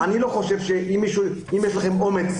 אני לא חושב שאם יש לכם אומץ